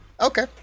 okay